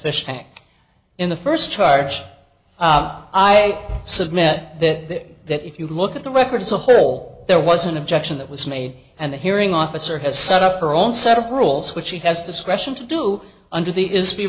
fishtank in the first charge i submit that that if you look at the record as a whole there was an objection that was made and the hearing officer has set up her own set of rules which she has discretion to do under the is the